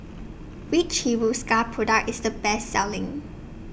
Which Hiruscar Product IS The Best Selling